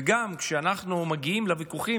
וגם כשאנחנו מגיעים לוויכוחים,